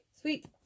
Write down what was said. Sweet